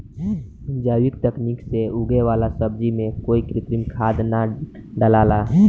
जैविक तकनीक से उगे वाला सब्जी में कोई कृत्रिम खाद ना डलाला